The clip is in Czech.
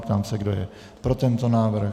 Ptám se, kdo je pro tento návrh.